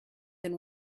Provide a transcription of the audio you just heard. than